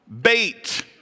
bait